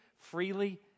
freely